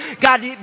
God